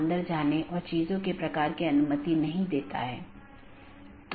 1 open message दो सहकर्मी nodes के बीच एक BGP सत्र स्थापित करता है